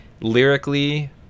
lyrically